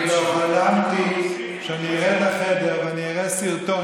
אני לא חלמתי שאני אראה בחדר סרטון,